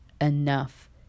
enough